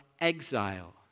exile